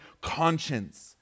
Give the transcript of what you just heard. conscience